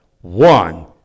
one